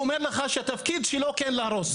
והוא אומר לך שהתפקיד שלו זה גם להרוס.